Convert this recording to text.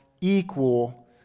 equal